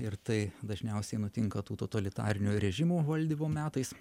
ir tai dažniausiai nutinka tų totalitarinių rėžimų valdymo metais